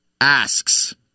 asks